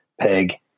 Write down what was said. peg